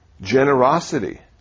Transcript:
generosity